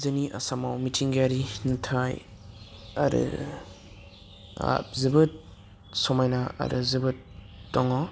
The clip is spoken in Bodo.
जोंनि आसामाव मिथिंगायारि नुथाइ आरि आ जोबोद समायना आरो जोबोद दङ